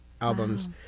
albums